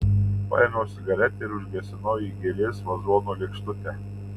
paėmiau cigaretę ir užgesinau į gėlės vazono lėkštutę